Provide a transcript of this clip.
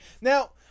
Now